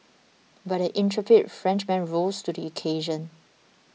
but the intrepid Frenchman rose to the occasion